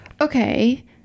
Okay